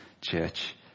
Church